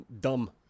dumb